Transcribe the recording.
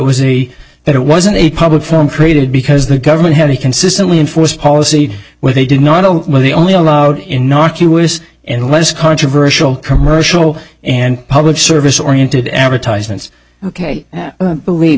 was a that it wasn't a public forum created because the government had to consistently enforce policy where they did not know where the only allowed innocuous and less controversial commercial and public service oriented advertisements ok believe